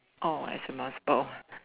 orh as a math ball